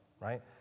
right